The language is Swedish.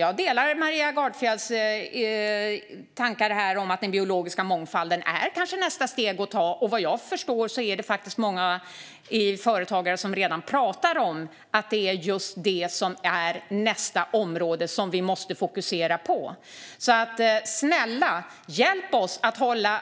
Jag delar Maria Gardfjells tankar om att den biologiska mångfalden kanske är nästa steg att ta, och vad jag förstår är det faktiskt många företagare som redan talar om att det är just det som är nästa område att fokusera på. Var alltså snäll och hjälp oss att hålla